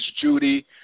Judy